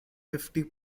fifty